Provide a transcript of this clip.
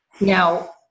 Now